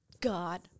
god